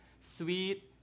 sweet